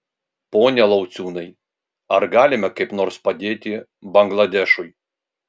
pone lauciūnai ar galime kaip nors padėti bangladešui